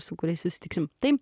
su kuriais susitiksime tai